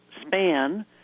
span